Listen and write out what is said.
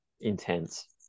intense